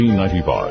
1995